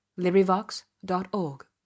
LibriVox.org